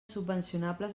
subvencionables